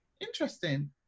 interesting